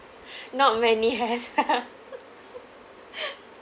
not many has